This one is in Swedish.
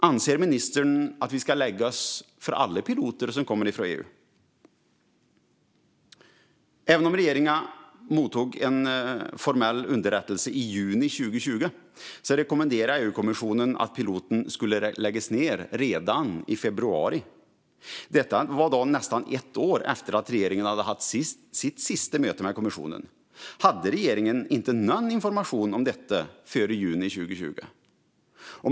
Anser ministern att vi ska lägga oss för alla piloter som kommer från EU? Även om regeringen mottog en formell underrättelse i juni 2020 rekommenderar EU-kommissionen att piloten skulle läggas ned redan i februari. Det var då nästan ett år efter att regeringen hade haft sitt sista möte med kommissionen. Hade regeringen inte någon information om detta före juni 2020?